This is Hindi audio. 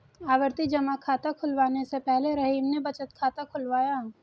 आवर्ती जमा खाता खुलवाने से पहले रहीम ने बचत खाता खुलवाया